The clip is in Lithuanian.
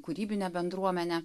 kūrybinę bendruomenę